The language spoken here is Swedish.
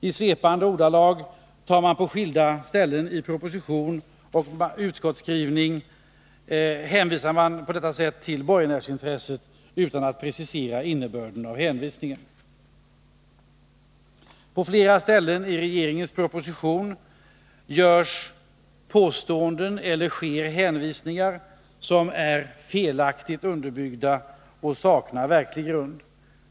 I svepande ordalag hänvisar man på skilda ställen i propositionen och utskottsskrivningen på detta sätt till borgenärsintresset, utan att precisera innebörden av hänvisningen. På flera ställen i regeringens proposition görs påståenden eller sker hänvisningar som är felaktigt underbyggda och saknar verklig grund.